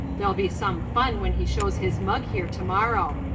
there'll be some fun when he shows his mug here to-morrow.